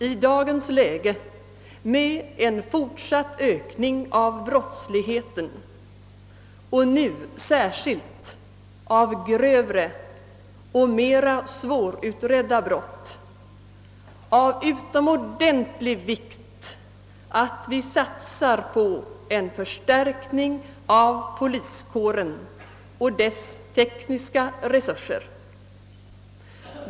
I dagens läge med en fortsatt ökning av brottsligheten — nu särskilt av grövre och mera svårutredda brott — är det alltså av utomordentlig vikt att vi satsar på en förstärkning av poliskåren och dess tekniska resurser.